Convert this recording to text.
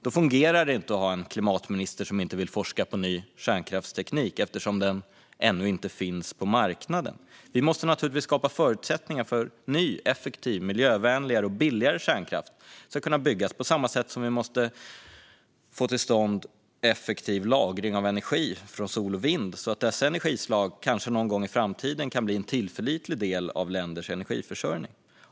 Då fungerar det inte att ha en klimatminister som inte vill forska på ny kärnkraftsteknik eftersom den ännu inte finns på marknaden. Vi måste naturligtvis skapa förutsättningar för att ny, effektiv, miljövänligare och billigare kärnkraft kan byggas, på samma sätt som vi måste få till stånd effektiv lagring av energi från sol och vind så att dessa energislag kanske någon gång i framtiden kan bli en tillförlitlig del av länders energiförsörjning.